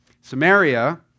Samaria